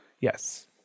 Yes